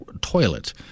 toilet